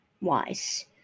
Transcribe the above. wise